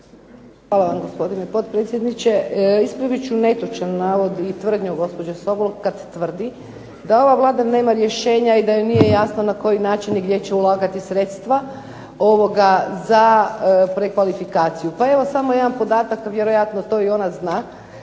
Hvala vam, gospodine potpredsjedniče. Ispravit ću netočan navod i tvrdnju gospođe Sobol kad tvrdi da ova Vlada nema rješenja i da joj nije jasno na koji način i gdje će ulagati sredstva za prekvalifikaciju. Pa evo samo jedan podatak, vjerojatno to i ona zna.